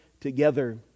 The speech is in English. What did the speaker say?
together